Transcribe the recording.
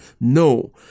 no